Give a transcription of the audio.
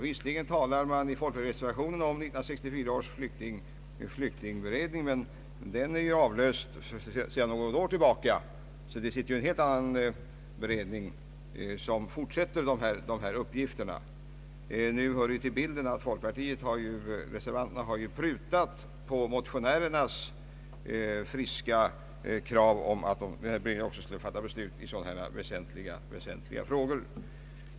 Visserligen talas det i folkpartireservationen om den s.k. flyktingberedningen som tillsattes år 1964, men den är ju avlöst sedan något år. Det är alltså en helt annan beredning som sysslar med dessa uppgifter. Nu hör det till bilden att folkpartireservanterna har prutat på folkpartimotionärernas friska krav att beredningen också skulle få fatta beslut i sådana här väsentliga frågor.